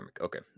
Okay